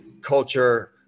culture